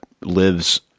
lives